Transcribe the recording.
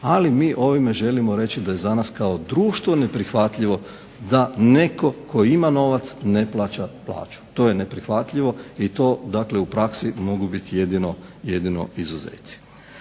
ali mi ovime želimo reći da je za nas kao društvo neprihvatljivo da netko tko ima novac ne plaća plaću. To je neprihvatljivo i to dakle u praksi mogu biti jedino izuzeci.